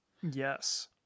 Yes